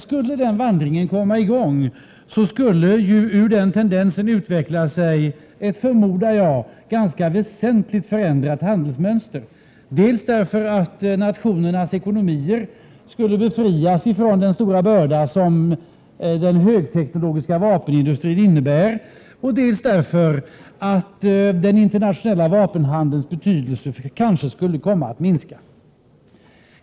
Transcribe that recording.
Skulle den vandringen komma i gång, så skulle ur denna tendens utveckla sig, förmodar jag, ett ganska väsentligt förändrat handelsmönster, dels därför att nationernas ekonomier skulle befrias från den stora börda som den högteknologiska vapenindustrin innebär, dels därför att den internationella vapenhandelns betydelse kanske skulle komma att minska.